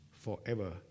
forever